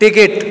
ticket